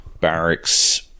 Barracks